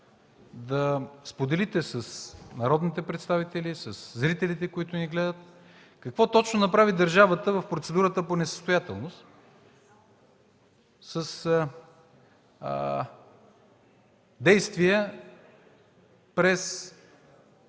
да споделите с народните представители, със зрителите, които ни гледат, какво точно направи държавата в процедурата по несъстоятелност с действия през